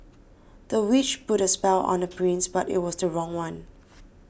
the witch put a spell on the prince but it was the wrong one